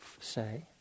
say